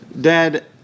Dad